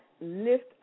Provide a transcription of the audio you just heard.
lift